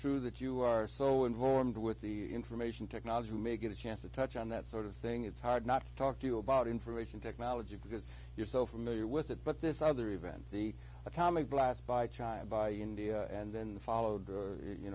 true that you are so in horned with the information technology you may get a chance to touch on that sort of thing it's hard not to talk to you about information technology because you're so familiar with it but this other event the atomic blast by china by india and then followed